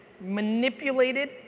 manipulated